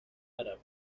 árabe